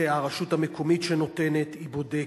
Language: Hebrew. זה הרשות המקומית שנותנת, היא בודקת.